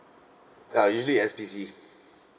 uh usually S_P_C